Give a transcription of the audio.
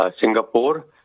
Singapore